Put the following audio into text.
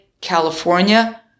California